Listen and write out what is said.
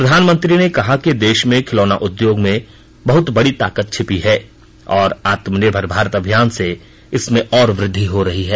प्रधानमंत्री ने कहा कि देश के खिलौना उद्योग में बहुत बड़ी ताकत छिपी है और आत्मनिर्भर भारत अभियान से इसमें और वृद्धि हो रही है